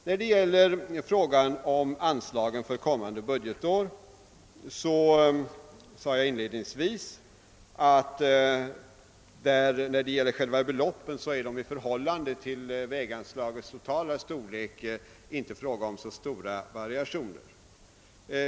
Vad beträffar anslagen för kommande budgetår sade jag inledningsvis att det i fråga om själva beloppen i förhållande till väganslagens totala storlek inte rör sig om så stora variationer.